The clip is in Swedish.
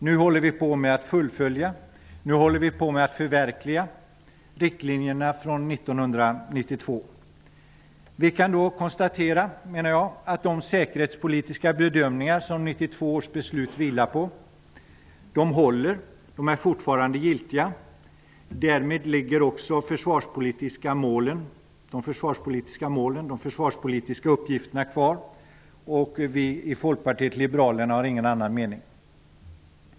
Nu håller vi på att fullfölja och förverkliga riktlinjerna från 1992. Vi kan konstatera att de säkerhetspolitiska bedömningar som 1992 års beslut vilade på fortfarande håller och är giltiga. Därmed ligger också de försvarspolitiska målen och uppgifterna kvar. Vi i Folkpartiet liberalerna har ingen annan mening.